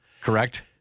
Correct